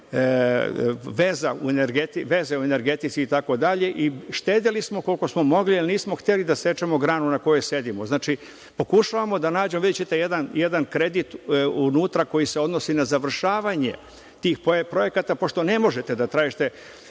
veze u energetici itd, i štedeli smo koliko smo mogli, ali nismo hteli da sečemo granu na kojoj sedimo. Pokušavamo da nađemo, videćete jedan kredit unutra koji se odnosi na završavanje tih projekata, pošto ne možete da tražite